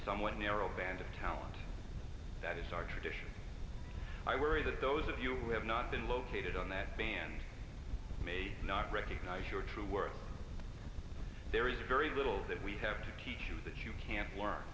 somewhat narrow band of talent that is our tradition i worry that those of you who have not been located on that band may not recognize your true worth there is very little that we have to teach you that you can't learn